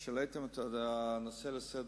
על שהעליתם את הנושא לסדר-היום,